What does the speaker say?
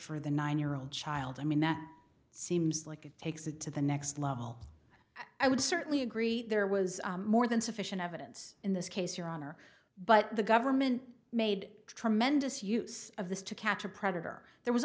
for the nine year old child i mean that seems like it takes it to the next level i would certainly agree there was more than sufficient evidence in this case your honor but the government made tremendous use of this to catch a predator there was